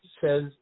says